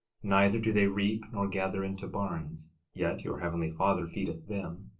neither do they reap nor gather into barns yet your heavenly father feedeth them.